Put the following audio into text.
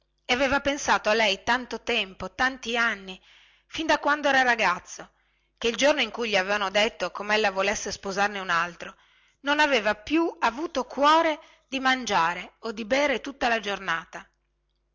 egli aveva pensato tanti anni e tanti anni fin da quando era ragazzo che il giorno in cui gli avevano detto comella volesse sposarne unaltro non aveva avuto più cuore di mangiare o di bere tutto il